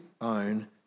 own